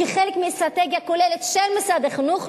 כחלק מאסטרטגיה כוללת של משרד החינוך,